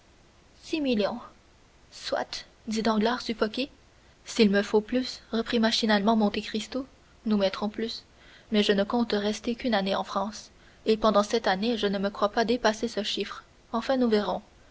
six millions soit dit danglars suffoqué s'il me faut plus reprit machinalement monte cristo nous mettrons plus mais je ne compte rester qu'une année en france et pendant cette année je ne crois pas dépasser ce chiffre enfin nous verrons